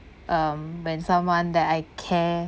um when someone that I care